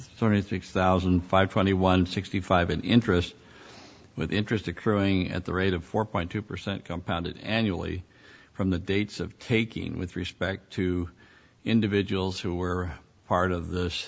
three thousand and five twenty one sixty five in interest with interest occurring at the rate of four point two percent compounded annually from the dates of taking with respect to individuals who were part of this